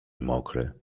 mokre